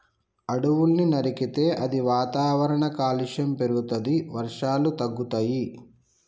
అడవుల్ని నరికితే అది వాతావరణ కాలుష్యం పెరుగుతది, వర్షాలు తగ్గుతయి